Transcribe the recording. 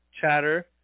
chatter